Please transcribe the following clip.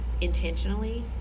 intentionally